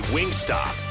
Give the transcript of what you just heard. Wingstop